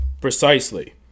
Precisely